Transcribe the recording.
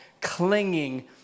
clinging